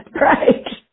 Right